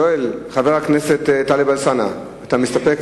חבר הכנסת אורי אריאל?